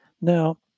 Now